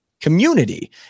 community